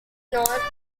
north